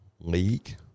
league